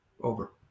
over